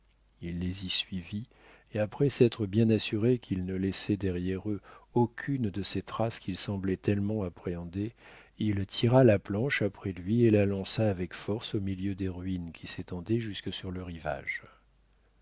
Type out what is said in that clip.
il les y suivit et après s'être bien assuré qu'ils ne laissaient derrière eux aucune de ces traces qu'il semblait tellement appréhender il tira la planche après lui et la lança avec force au milieu des ruines qui s'étendaient jusque sur le rivage